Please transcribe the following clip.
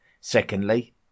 Secondly